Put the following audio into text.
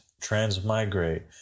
transmigrate